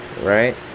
right